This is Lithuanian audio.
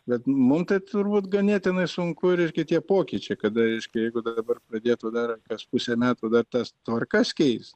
bet mum tai turbūt ganėtinai sunku reiškia tie pokyčiai kada reiškia jeigu dabar pradėtų dar kas pusę metų dar tas tvarkas keis